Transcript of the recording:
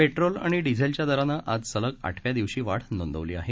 petrol आणि डिझेलच्या दरानं आज सलग आठव्या दिवशी वाढ नोंदवली आहे